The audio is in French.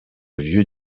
vieu